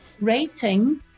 rating